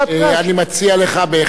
אני מציע לך בהחלט,